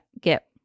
get